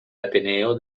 ateneo